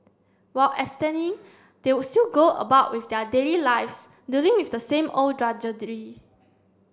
while abstaining they would still go about with their daily lives dealing with the same old drudgery